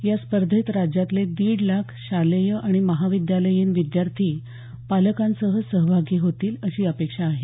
या स्पर्धेत राज्यातले दीड लाख शालेय आणि महाविद्यालयीन विद्यार्थी पालकांसह सहभागी होतील अशी अपेक्षा आहे